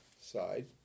side